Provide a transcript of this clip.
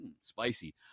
spicy